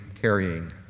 carrying